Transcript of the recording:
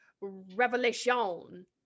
revelation